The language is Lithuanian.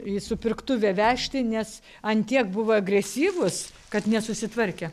į supirktuvę vežti nes ant tiek buvo agresyvūs kad nesusitvarkė